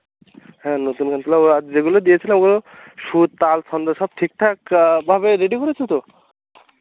হ্যাঁ নতুন আবার আজ যেগুলো দিয়েছিলাম ওগুলো সুর তাল ছন্দ সব ঠিকঠাকভাবে রেডি করেছো তো